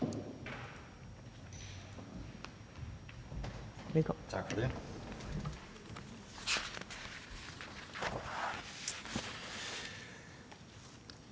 Tak for det,